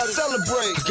celebrate